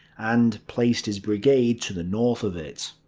and placed his brigade to the north of it.